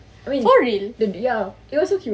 I mean ya it was so cute